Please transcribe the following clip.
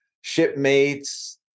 shipmates